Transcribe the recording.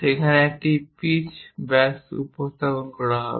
সেখানে একটি পিচ ব্যাস উপস্থাপন করা হবে